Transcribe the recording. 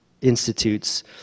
Institutes